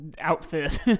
outfit